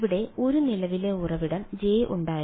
ഇവിടെ ഒരു നിലവിലെ ഉറവിടം J ഉണ്ടായിരുന്നു